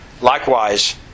likewise